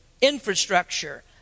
infrastructure